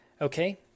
Okay